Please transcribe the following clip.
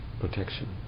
protection